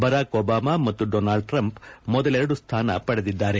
ಬರಾಕ್ Obama ಮತ್ತು Donald Trump ಮೊದಲೆರಡು ಸ್ಥಾನ ಪಡೆದಿದ್ದಾರೆ